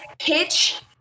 pitch